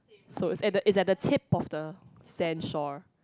so it's at the tip of the sandshore